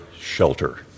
shelter